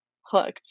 hooked